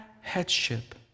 headship